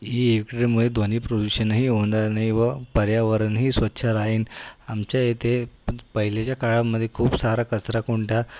इएक्ट्रीमुळे ध्वनिप्रदूषणही होणार नाही व पर्यावरणही स्वच्छ राहीन आमच्या येथे पहिलेच्या काळामध्ये खूप सारा कचराकुंडा